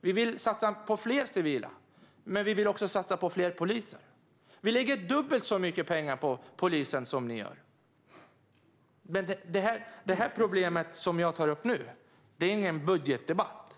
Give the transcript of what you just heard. Vi vill satsa på fler civila. Men vi vill också satsa på fler poliser. Vi lägger dubbelt så mycket pengar på polisen som ni gör. Det problem som jag nu tar upp är ingen budgetdebatt.